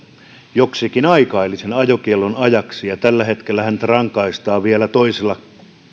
joksikin aikaa eli sen ajokiellon ajaksi ja tällä hetkellä häntä rankaistaan vielä toisella